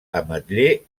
ametller